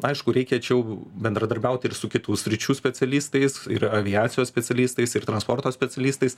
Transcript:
aišku reikia čia jau bendradarbiauti ir su kitų sričių specialistais ir aviacijos specialistais ir transporto specialistais